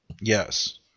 Yes